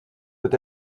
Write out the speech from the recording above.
peut